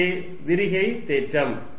அதுவே விரிகை தேற்றம்